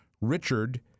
Richard